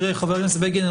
חבר הכנסת בגין,